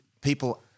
people